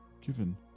given